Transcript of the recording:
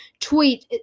tweet